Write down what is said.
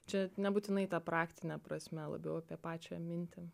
čia nebūtinai tą praktine prasme labiau apie pačią mintį